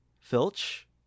Filch